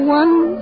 one